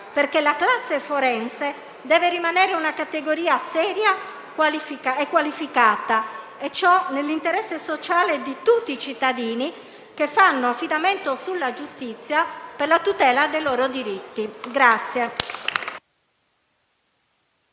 perché la classe forense deve rimanere una categoria seria e qualificata e ciò nell'interesse sociale di tutti i cittadini che fanno affidamento sulla giustizia per la tutela dei loro diritti.